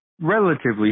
relatively